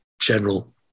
general